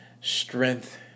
strength